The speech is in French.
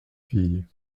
fille